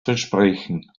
versprechen